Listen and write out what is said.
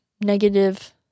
negative